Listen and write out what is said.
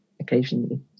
occasionally